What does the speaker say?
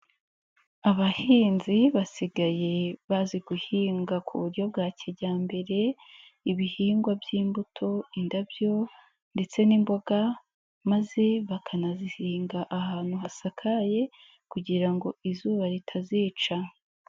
Abahinzi basigaye bazi guhinga ku buryo bwa kijyambere, ibihingwa by'imbuto, indabyo ndetse n'imboga maze bakanazihinga ahantu hasakaye kugira ngo izuba ritazica.